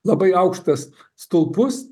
labai aukštas stulpus